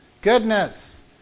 goodness